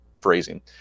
phrasing